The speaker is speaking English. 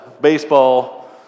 baseball